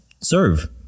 serve